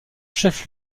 chef